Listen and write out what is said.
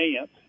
aunt